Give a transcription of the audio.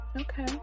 Okay